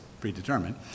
predetermined